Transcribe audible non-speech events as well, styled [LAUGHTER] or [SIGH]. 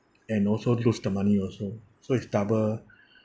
and also lose the money also so it's double [BREATH]